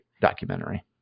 documentary